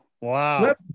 Wow